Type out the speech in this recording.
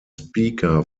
speaker